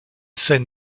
scène